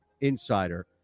insider